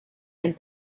and